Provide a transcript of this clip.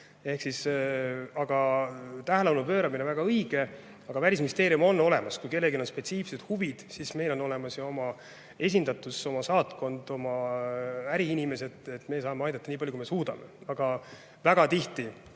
teemale tähelepanu pööramine on väga õige. Välisministeerium on olemas. Kui kellelgi on spetsiifilised huvid, siis meil on olemas ju oma esindatus, oma saatkond ja oma äriinimesed. Me saame aidata nii palju, kui me suudame. Aga väga tihti